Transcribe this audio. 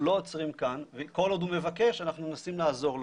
לא עוצרים כאן וכל עוד הוא מבקש אנחנו מנסים לעזור לו.